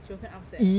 she was damn upset